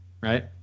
Right